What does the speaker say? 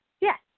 Yes